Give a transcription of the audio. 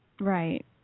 Right